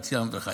בבת ים ובחיפה.